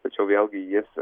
tačiau vėlgi jis